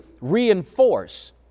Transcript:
reinforce